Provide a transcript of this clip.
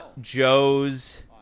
Joe's